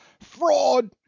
Fraud